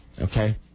Okay